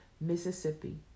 Mississippi